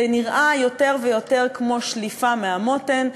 זה נראה יותר ויותר כמו שליפה מהמותן.